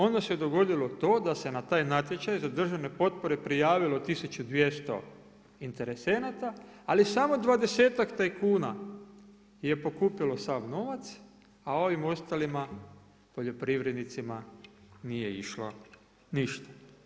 Onda se dogodilo to da se na taj natječaj za državne potpore prijavilo 1200 interesenata ali samo dvadesetak tajkuna je pokupilo sav novac a ovim ostalima poljoprivrednicima nije išlo ništa.